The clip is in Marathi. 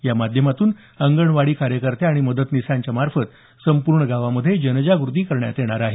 या माध्यमातून अंगणवाडी कार्यकर्त्या आणि मदतनीसांच्या मार्फत संपूर्ण गावामध्ये जनजागृती करण्यात येणार आहे